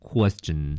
Question